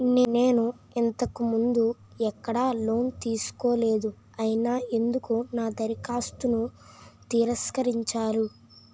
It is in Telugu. నేను ఇంతకు ముందు ఎక్కడ లోన్ తీసుకోలేదు అయినా ఎందుకు నా దరఖాస్తును తిరస్కరించారు?